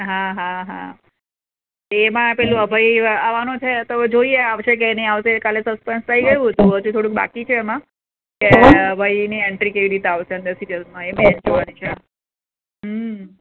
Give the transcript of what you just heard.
હા હા હા એમાં પેલો અભય આવવાનો છે તો જોઈએ આવશે કે નહીં આવશે કાલે સસ્પેન્સ થઇ ગયું હતું હજી થોડુંક બાકી છે એમાં કે અભયની એન્ટ્રી કેવી રીતે આવશે અંદર સિરિયલ્સમાં એ મેઈન જોવાની છે